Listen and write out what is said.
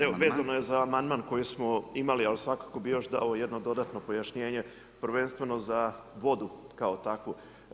Evo vezano je za amandman koji smo imali ali svakako bi još dao jedno dodatno pojašnjenje prvenstveno za vodu kao takvu.